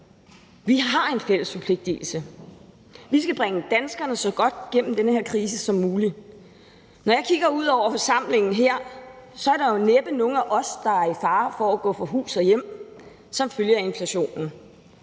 Vi har en fælles forpligtigelse, og vi skal bringe danskerne så godt igennem den her krise som muligt. Kl. 10:56 Når jeg kigger ud over forsamlingen her, er der jo næppe nogen af os, der er i fare for at gå fra hus og hjem som følge af inflationen.